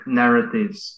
narratives